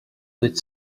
with